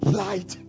light